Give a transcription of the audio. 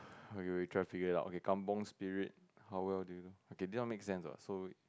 okay we try to figure it out okay kampung spirit okay this one make sense what so